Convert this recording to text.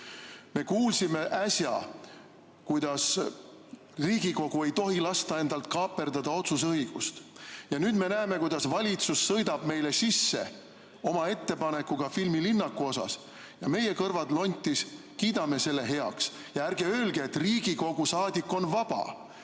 Me kuulsime äsja, et Riigikogu ei tohi lasta endalt kaaperdada otsuse õigust. Ja nüüd me näeme, kuidas valitsus sõidab meile sisse oma ettepanekuga filmilinnaku kohta, ja meie, kõrvad lontis, kiidame selle heaks. Ja ärge öelge, et Riigikogu saadik on vaba!